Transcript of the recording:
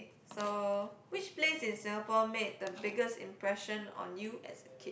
so which place in Singapore made the biggest impression on you as a kid